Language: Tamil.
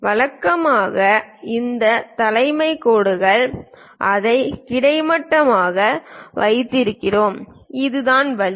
வழக்கமாக இந்த தலைவர் கோடுகள் அதை கிடைமட்டமாக வைத்திருக்கிறோம் இதுதான் வழி